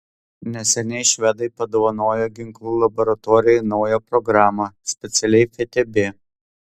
neseniai švedai padovanojo ginklų laboratorijai naują programą specialiai ftb